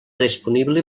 disponible